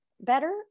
better